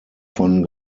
von